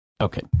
Okay